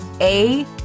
A-